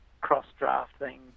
cross-drafting